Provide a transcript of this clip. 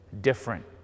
different